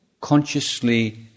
Consciously